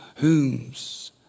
whoms